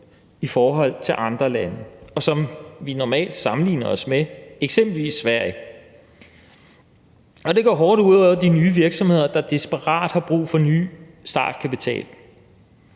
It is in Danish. i forhold til andre lande, som vi normalt sammenligner os med, eksempelvis Sverige, og det går hårdt ud over de nye virksomheder, der desperat har brug for ny startkapital.